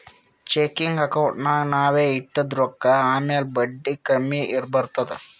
checking ಅಕೌಂಟ್ನಾಗ್ ನಾವ್ ಇಟ್ಟಿದ ರೊಕ್ಕಾ ಮ್ಯಾಲ ಬಡ್ಡಿ ಕಮ್ಮಿ ಬರ್ತುದ್